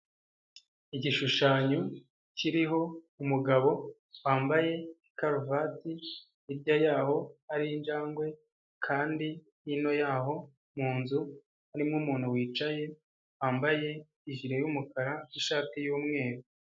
Igishushanyo kiriho umugabo wambaye karuvati, hirya yaho hari injangwe kandi hino y'aho mu nzu harimo umuntu wicaye wambaye ijire y'umukara, ishati y'umweru.